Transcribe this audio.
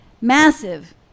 massive